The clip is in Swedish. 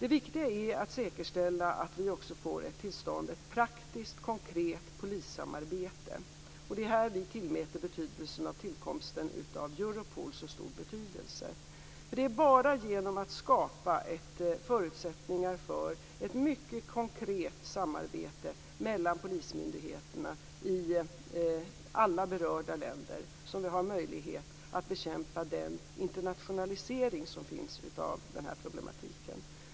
Det viktiga är att säkerställa att vi också får till stånd ett praktiskt konkret polissamarbete, och det är här som vi tillmäter tillkomsten av Europol så stor betydelse. Det är bara genom att skapa förutsättningar för ett mycket konkret samarbete mellan polismyndigheterna i alla berörda länder som vi har möjlighet att bekämpa den internationalisering som finns av den här problematiken.